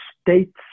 states